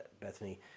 Bethany